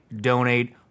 donate